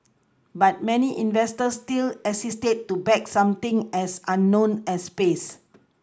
but many investors still hesitate to back something as unknown as space